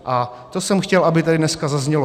A to jsem chtěl, aby tady dneska zaznělo.